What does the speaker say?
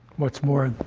what's more,